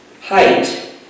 height